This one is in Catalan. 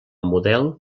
model